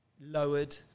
lowered